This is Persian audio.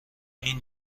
این